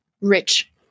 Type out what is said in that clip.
rich